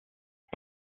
est